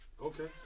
Okay